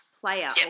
player